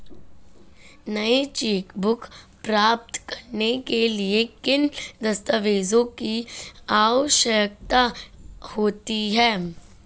नई चेकबुक प्राप्त करने के लिए किन दस्तावेज़ों की आवश्यकता होती है?